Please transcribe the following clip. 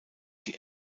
die